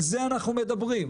על זה אנחנו מדברים.